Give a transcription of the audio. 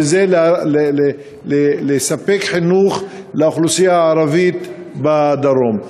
והיא לספק חינוך לאוכלוסייה הערבית בדרום.